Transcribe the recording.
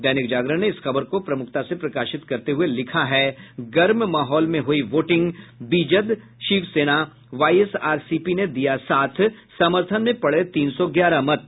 दैनिक जागरण ने इस खबर को प्रमुखता से प्रकाशित करते हुए लिखा है गर्म माहौल में हुई वोटिंग बीजद शिवसेना वाईएसआरसीपी ने दिया साथ समर्थन में पड़े तीन सौ ग्यारह मत